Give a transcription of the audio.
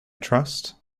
trust